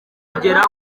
kugera